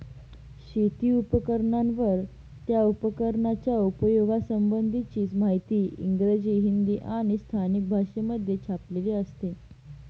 शेती उपकरणांवर, त्या उपकरणाच्या उपयोगा संबंधीची माहिती इंग्रजी, हिंदी आणि स्थानिक भाषेमध्ये छापलेली असते